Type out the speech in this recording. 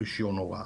רישיון הוראה.